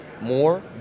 more